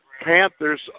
Panthers